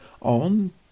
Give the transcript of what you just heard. on